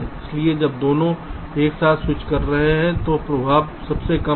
इसलिए जब दोनों एक साथ स्विच कर रहे हैं तो प्रभाव सबसे कम है